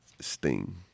Sting